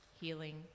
healing